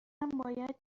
باید